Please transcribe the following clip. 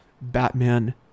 batman